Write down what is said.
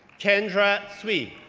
kendra cui,